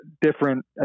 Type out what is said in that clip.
Different